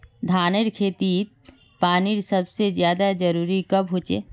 धानेर खेतीत पानीर सबसे ज्यादा जरुरी कब होचे?